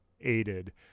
aided